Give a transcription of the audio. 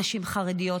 נשים חרדיות,